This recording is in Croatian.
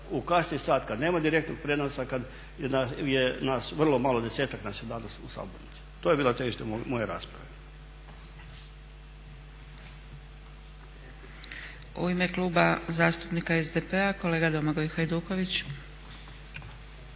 u kasni sat kad nema direktnog prijenosa, kad je nas vrlo malo, 10-ak nas je danas u Saboru. To je bilo težište moje rasprave. **Zgrebec, Dragica (SDP)** U ime Kluba zastupnika SDP-a kolega Domagoj Hajduković.